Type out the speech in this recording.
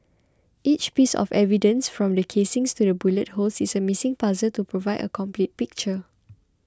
each piece of evidence from the casings to the bullet holes is a missing puzzle to provide a complete picture